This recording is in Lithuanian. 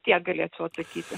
tiek galėčiau atsakyti